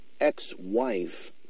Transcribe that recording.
ex-wife